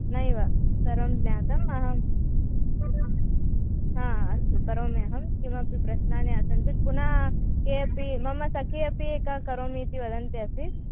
नैव सर्वं ज्ञातम् अहं हा अस्तु करोमि अहं किमपि प्रश्नानि आसन् चेत् पुनः केपि मम सखी अपि एका करोमि इति वदन्ती अस्ति